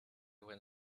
when